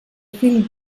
fill